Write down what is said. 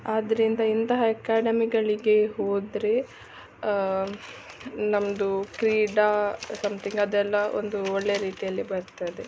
ಆದ್ದರಿಂದ ಇಂತಹ ಎಕಾಡೆಮಿಗಳಿಗೆ ಹೋದರೆ ನಮ್ಮದು ಕ್ರೀಡಾ ಸಮ್ತಿಂಗ್ ಅದೆಲ್ಲ ಒಂದು ಒಳ್ಳೆ ರೀತಿಯಲ್ಲಿ ಬರ್ತದೆ